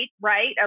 right